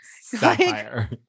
Sapphire